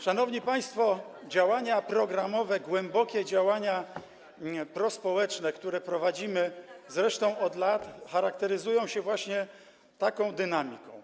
Szanowni państwo, działania programowe, głębokie działania prospołeczne, które prowadzimy zresztą od lat, charakteryzują się właśnie taką dynamiką.